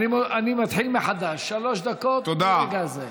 אני מתחיל מחדש, שלוש דקות מרגע זה.